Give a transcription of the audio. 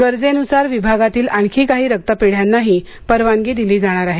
गरजेनुसार विभागातील आणखी काही रक्तपेढ्यांनाही ही परवानगी दिली जाणार आहे